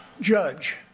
Judge